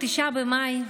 ב-9 במאי,